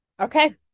okay